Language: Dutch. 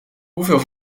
hoeveel